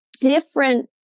different